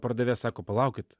pardavėjas sako palaukit